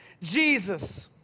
Jesus